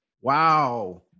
Wow